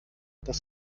das